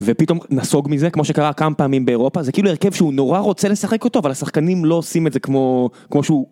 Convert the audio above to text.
ופתאום נסוג מזה כמו שקרה כמה פעמים באירופה, זה כאילו הרכב שהוא נורא רוצה לשחק אותו אבל השחקנים לא עושים את זה כמו שהוא...